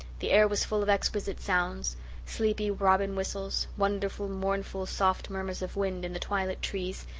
the air was full of exquisite sounds sleepy robin whistles, wonderful, mournful, soft murmurs of wind in the twilit trees,